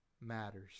matters